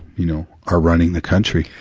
you know, are running the country.